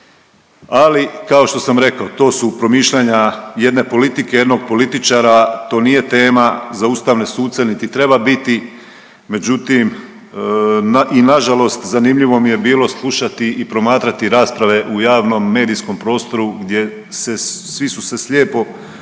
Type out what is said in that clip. ali kao što sam rekao to su promišljanja jedne politike i jednog političara, to nije tema za ustavne suce, niti treba biti, međutim i nažalost zanimljivo mi je bilo slušati i promatrati rasprave u javnom medijskom prostoru gdje se, svi su se slijepo uhvatili